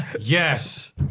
Yes